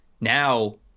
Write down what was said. now